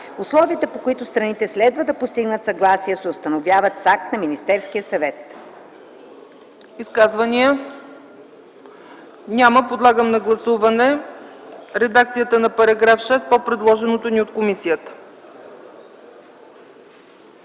Условията, по които страните следва да постигнат съгласие, се установяват с акт на Министерския съвет”.